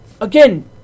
Again